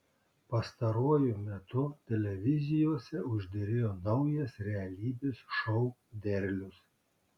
pastaruoju metu televizijose užderėjo naujas realybės šou derlius